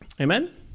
Amen